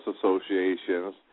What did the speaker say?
associations